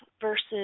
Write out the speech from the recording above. versus